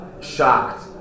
shocked